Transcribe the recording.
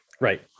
right